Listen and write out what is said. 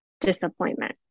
disappointment